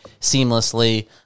seamlessly